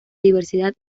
diversidad